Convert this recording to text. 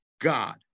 God